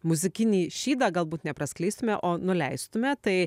muzikinį šydą galbūt ne praskleistume o nuleistume tai